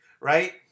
right